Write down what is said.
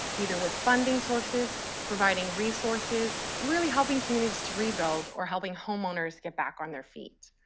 either with funding sources, providing resources, really helping communities to rebuild or helping homeowners get back on their feet.